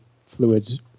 fluids